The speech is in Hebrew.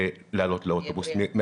לעלות לאוטובוס.